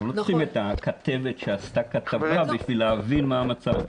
אנחנו לא צריכים את הכתבת שעשתה כתבה בשביל להבין מה המצב.